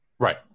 Right